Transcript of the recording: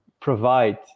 provide